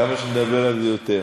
כמה שנדבר על זה יותר.